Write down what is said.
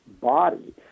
body